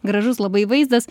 gražus labai vaizdas